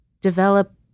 develop